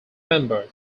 member